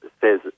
says